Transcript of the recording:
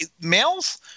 males